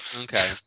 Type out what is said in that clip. Okay